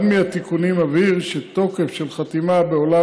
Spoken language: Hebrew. אחד מהתיקונים מבהיר שתוקף של חתימה בעולם